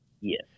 Yes